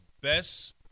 best